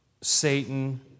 Satan